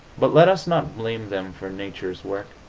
but let us not blame them for nature's work.